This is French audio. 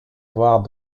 voire